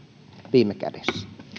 viime kädessä